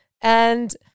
And-